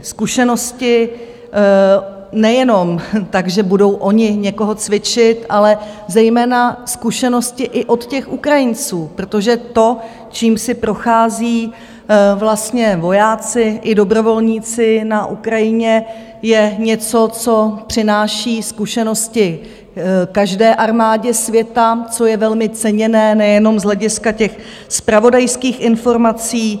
Zkušenosti nejenom tak, že budou oni někoho cvičit, ale zejména zkušenosti i od těch Ukrajinců, protože to, čím si procházejí vlastně vojáci i dobrovolníci na Ukrajině, je něco, co přináší zkušenosti každé armádě světa, což je velmi ceněné nejenom z hlediska těch zpravodajských informací.